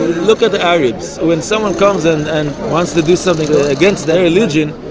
look at the arabs. when someone comes and and wants to do something against their religion,